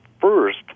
first